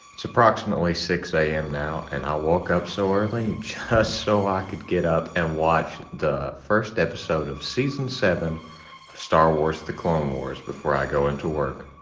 it's approximately six a m. now, and i woke up so early just so i could get up and watch the first episode of season seven of star wars the clone wars before i go into work.